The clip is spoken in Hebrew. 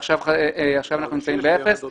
עכשיו אנחנו נמצאים באפס.